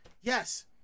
Yes